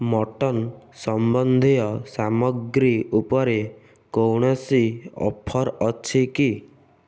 mutton ସମ୍ବନ୍ଧୀୟ ସାମଗ୍ରୀ ଉପରେ କୌଣସି ଅଫର୍ ଅଛି କି